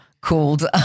called